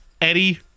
Eddie